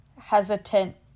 hesitant